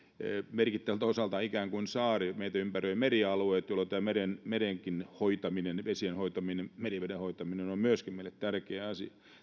merkittävältä osalta ikään kuin saari meitä ympäröivät merialueet jolloin tämä merenkin hoitaminen vesien hoitaminen meriveden hoitaminen on on myöskin meille tärkeä asia